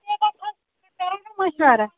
مَشوَرٕ